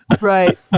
Right